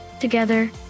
together